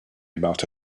about